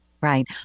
Right